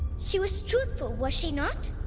she was truthful, was she not?